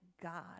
God